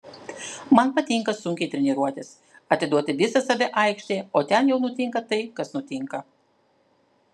man patinka sunkiai treniruotis atiduoti visą save aikštėje o ten jau nutinka tai kas nutinka